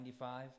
1995